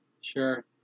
Sure